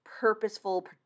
purposeful